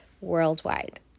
worldwide